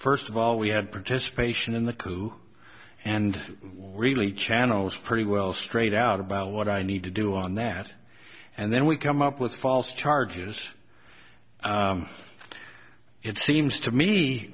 first of all we had participation in the coup and really channels pretty well straight out about what i need to do on that and then we come up with false charges it seems to me